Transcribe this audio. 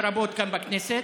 לרבות כאן בכנסת,